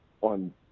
on